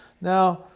Now